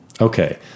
Okay